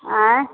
आँय